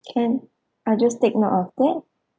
can I'll just take note of that